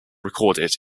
recorded